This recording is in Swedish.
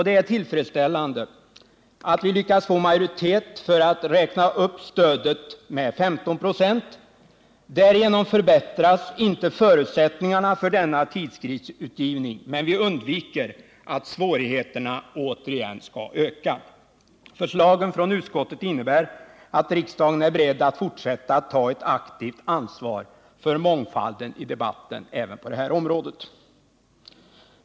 Det är tillfredsställande att vi lyckats få majoritet för att räkna upp stödet med 15 96. Därigenom förbättras inte förutsättningarna för denna tidskriftsutgivning, men vi undviker att svårigheterna återigen skall öka. Förslagen från utskottet innebär att riksdagen är beredd att fortsätta ta ett aktivt ansvar för mångfalden i debatten även på detta område.